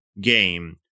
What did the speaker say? game